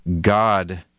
God